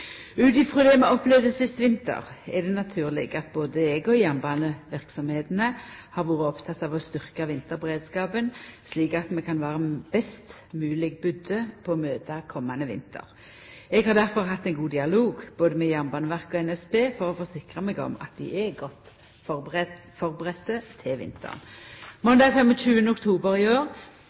Ut frå det vi opplevde sist vinter, er det naturleg at både eg og jernbaneverksemdene har vore opptekne av å styrkja vinterberedskapen slik at vi kan vera best mogleg budde på å møta komande vinter. Eg har difor hatt ein god dialog med både Jernbaneverket og NSB for å forsikra meg om at dei er godt førebudde på vinteren. Måndag 25. oktober i år